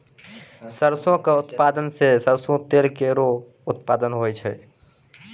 सरसों क उत्पादन सें सरसों तेल केरो उत्पादन होय छै